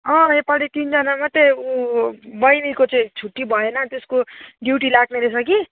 अँ योपालि तिनजना मात्रै ऊ बहिनीको चाहिँ छुट्टी भएन त्यसको ड्युटी लाग्ने रहेछ कि